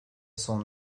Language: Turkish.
son